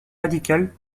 radicale